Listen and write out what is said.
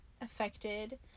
affected